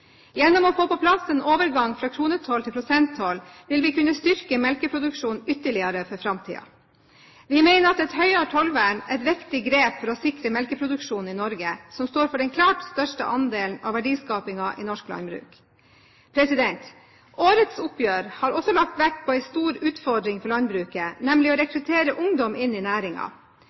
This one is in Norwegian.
Gjennom å få på plass en overgang fra kronetoll til prosenttoll vil vi kunne styrke melkeproduksjonen ytterligere i framtiden. Vi mener at et høyere tollvern er et viktig grep for å sikre melkeproduksjonen i Norge, som står for den klart største andelen av verdiskapingen i norsk landbruk. Årets oppgjør har også lagt vekt på en stor utfordring for landbruket, nemlig å rekruttere ungdom inn i